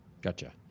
Gotcha